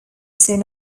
soon